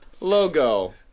logo